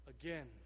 Again